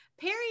perry